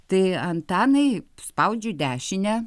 tai antanai spaudžiu dešinę